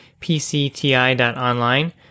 pcti.online